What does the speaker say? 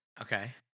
Okay